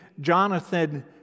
Jonathan